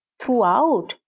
Throughout